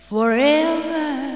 Forever